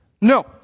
No